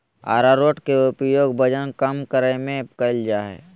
आरारोट के उपयोग वजन कम करय में कइल जा हइ